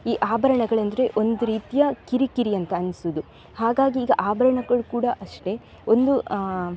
ಈ ಆಭರಣಗಳಂದ್ರೆ ಒಂದು ರೀತಿಯ ಕಿರಿ ಕಿರಿ ಅಂತ ಅನ್ಸೋದು ಹಾಗಾಗಿ ಈಗ ಆಭರ್ಣಗಳು ಕೂಡ ಅಷ್ಟೇ ಒಂದು